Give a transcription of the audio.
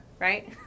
right